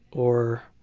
or